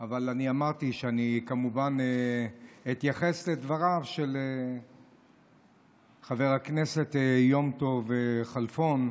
אבל אמרתי שאני כמובן אתייחס לדבריו של חבר הכנסת יום טוב כלפון,